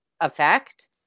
effect